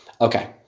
Okay